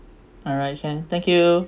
alright can thank you